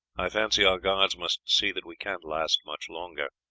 i fancy our guards must see that we can't last much longer,